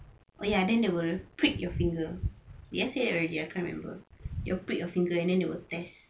oh ya and then they will prick your finger did I say already ah I can't remember they will prick your finger and then they will test